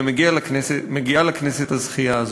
ומגיעה לכנסת הזכייה הזאת.